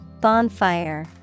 Bonfire